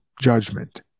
judgment